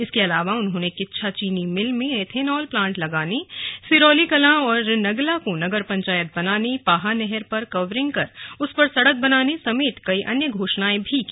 इसके अलावा उन्होंने किच्छा चीनी मिल में एथेनॉल प्लांट लगाने सिरौली कलां और नगला को नगर पंचायत बनाने पाहा नहर पर कवरिंग कर उस पर सड़क बनाने समेत कई अन्य घोषणाएं भी की